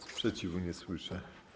Sprzeciwu nie słyszę.